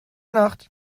nacht